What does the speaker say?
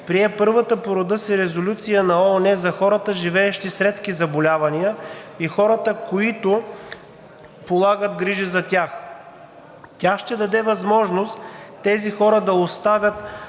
прие първата по рода си резолюция на ООН за хората, живеещи с редки заболявания, и хората, които полагат грижи за тях. Тя ще даде възможност тези хора да остават